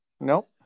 Nope